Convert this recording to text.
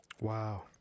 Wow